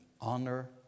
honor